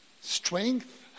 Strength